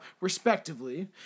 respectively